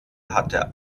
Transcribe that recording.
hatte